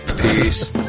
Peace